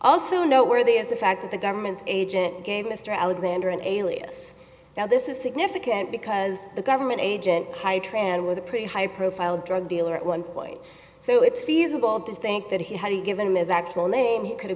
also noteworthy is the fact that the government's agent gave mr alexander an alias now this is significant because the government agent tran was a pretty high profile drug dealer at one point so it's feasible to think that he had he given ms actual name he could have